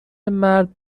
مرد